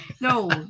No